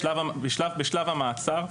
בשלב המעצר,